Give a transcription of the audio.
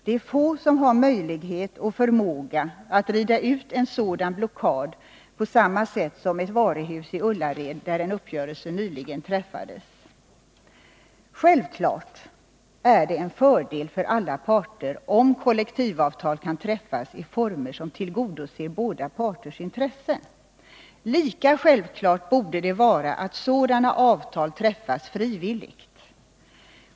Det är få som har möjlighet och förmåga att rida ut en sådan blockad på samma sätt som ett varuhus i Ullared, där en uppgörelse nyligen träffades. Självfallet är det en fördel för alla parter om kollektivavtal kan träffas i former som tillgodoser båda parters intressen. Lika självklart borde det vara att sådana avtal träffas frivilligt.